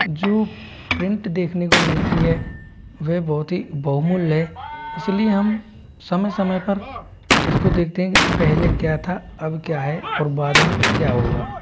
जो प्रिंट देखने को मिलती है वह बहुत ही बहुमूल्य है इसी लिए हम समय समय पर इसको देखते है कि पहले क्या था अब क्या है और बाद में क्या हुआ